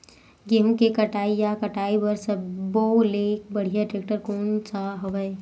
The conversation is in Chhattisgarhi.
गेहूं के कटाई या कटाई बर सब्बो ले बढ़िया टेक्टर कोन सा हवय?